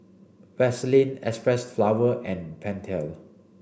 Vaseline Xpressflower and Pentel